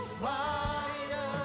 fire